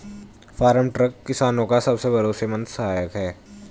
farm truck किसानो का सबसे भरोसेमंद सहायक है